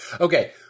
Okay